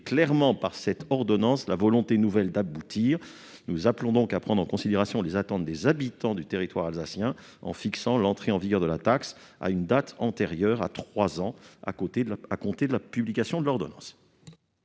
clairement par cette ordonnance la volonté nouvelle d'aboutir. Nous appelons donc à prendre en considération les attentes des habitants du territoire alsacien en fixant l'entrée en vigueur de la taxe à une date antérieure à trois ans à compter de la publication de l'ordonnance.